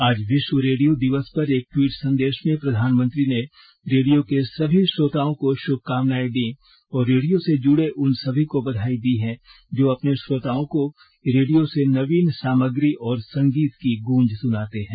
आज विश्व रेडियो दिवस पर एक ट्वीट संदेश में प्रधानमंत्री ने रेडियो के सभी श्रोताओं को शुभकामनायें दीं और रेडियो से जुड़े उन सभी को बधाई दी है जो अपने श्रोताओं को रेडियो से नवीन सामग्री और संगीत की गूंज सुनाते हैं